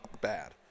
bad